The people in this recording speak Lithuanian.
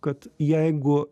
kad jeigu